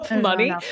money